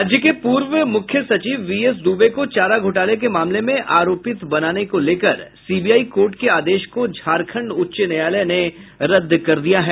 राज्य के पूर्व मुख्य सचिव वी एस दूबे को चारा घोटाला के मामले में आरोपित बनाने को लेकर सीबीआई कोर्ट के आदेश को झारखण्ड उच्च न्यायालय ने रद्द कर दिया है